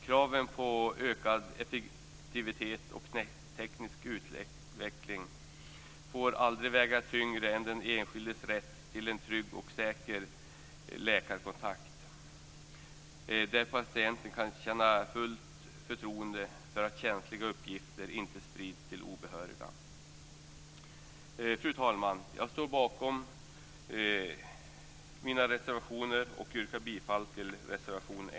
Kraven på ökad effektivitet och teknisk utveckling får aldrig väga tyngre än den enskildes rätt till en trygg och säker läkarkontakt där patienten kan känna fullt förtroende för att känsliga uppgifter inte sprids till obehöriga. Fru talman! Jag står bakom mina reservationer, och jag yrkar bifall till reservation 1.